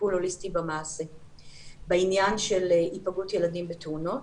לטיפול הוליסטי בעניין של היפגעות ילדים בתאונות.